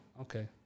Okay